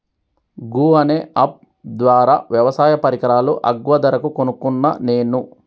గూ అనే అప్ ద్వారా వ్యవసాయ పరికరాలు అగ్వ ధరకు కొనుకున్న నేను